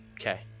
Okay